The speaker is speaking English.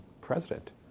President